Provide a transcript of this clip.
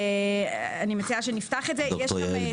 אני מציעה שנפתח את זה לדיון.